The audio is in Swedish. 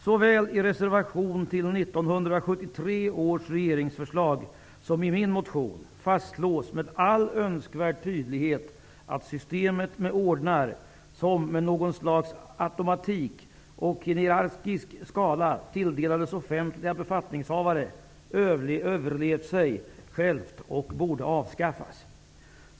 Såväl i reservationen till 1973 års regeringsförslag som i min motion fastslås med all önskvärd tydlighet att systemet med ordnar, som med något slags automatik och enligt en hierarkisk skala tilldelades offentliga befattningshavare, överlevt sig självt och borde avskaffas.